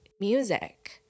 music